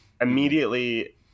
Immediately